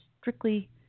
strictly